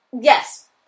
Yes